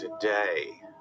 today